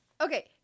Okay